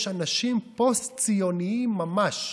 יש אנשים פוסט-ציונים ממש.